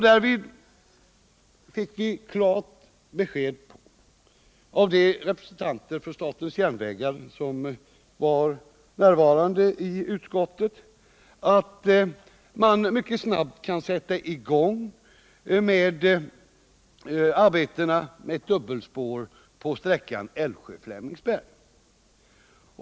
Därvid fick vi klart besked av de representanter för statens järnvägar som var närvarande i utskottet att man mycket snabbt kan sätta i gång med arbetena med ett dubbelspår på sträckan Älvsjö-Flemingsberg.